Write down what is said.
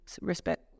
respect